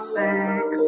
six